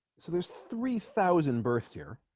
so there's three thousand births here